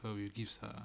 her with gifts ah